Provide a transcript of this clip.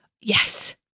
yes